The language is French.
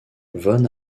von